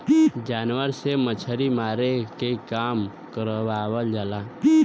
जानवर से मछरी मारे के काम करावल जाला